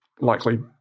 likely